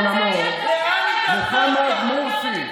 הלך לעולמו מוחמד מורסי,